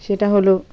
সেটা হলো